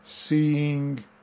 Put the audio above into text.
seeing